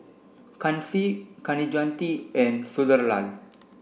Kanshi Kaneganti and Sunderlal